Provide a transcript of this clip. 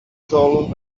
tall